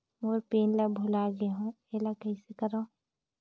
मोर pin ला भुला गे हो एला कइसे करो?